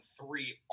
three